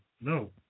no